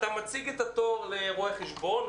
בוקר טוב.